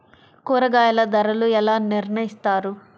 కూరగాయల ధరలు ఎలా నిర్ణయిస్తారు?